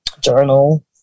journal